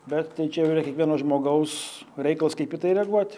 bet tai čia jau yra kiekvieno žmogaus reikalas kaip į tai reaguot